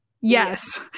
Yes